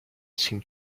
seemed